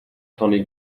tony